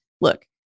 look